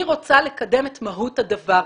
היא רוצה לקדם את מהות הדבר.